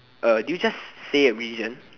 uh did you just say a religion